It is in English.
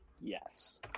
Yes